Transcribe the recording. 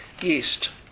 yeast